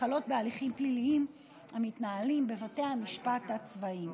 וחלות בהליכים פליליים המתנהלים בבתי המשפט הצבאיים,